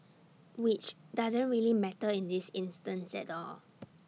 which doesn't really matter in this instance at all